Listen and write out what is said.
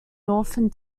northern